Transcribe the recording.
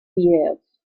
vídeos